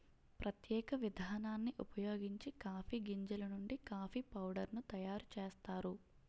ప్రత్యేక విధానాన్ని ఉపయోగించి కాఫీ గింజలు నుండి కాఫీ పౌడర్ ను తయారు చేస్తారు